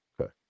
Okay